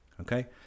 Okay